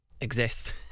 exist